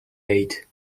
ate